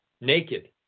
naked